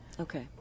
Okay